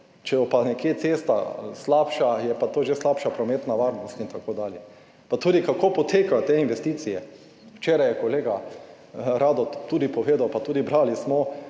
bo pa nekje cesta slabša, je pa to že slabša prometna varnost. Pa tudi kako potekajo te investicije. Včeraj je kolega Rado povedal pa tudi brali smo,